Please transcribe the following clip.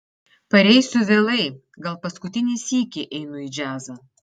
pareisiu vėlai gal paskutinį sykį einu į džiazą